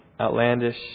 outlandish